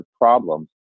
problems